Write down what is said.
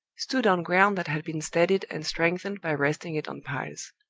stood on ground that had been steadied and strengthened by resting it on piles.